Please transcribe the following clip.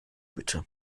bitte